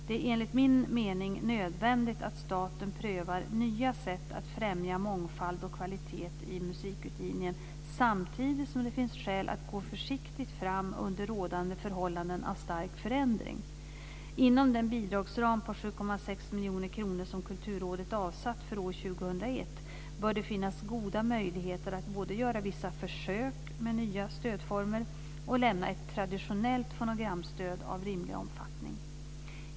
Det är enligt min mening nödvändigt att staten prövar nya sätt att främja mångfald och kvalitet i musikutgivningen samtidigt som det finns skäl att gå försiktigt fram under rådande förhållanden av stark förändring. Inom den bidragsram på 7,6 miljoner kronor som Kulturrådet avsatt för år 2001 bör det finnas goda möjligheter att både göra vissa försök med nya stödformer och lämna ett traditionellt fonogramstöd av rimlig omfattning.